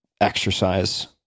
exercise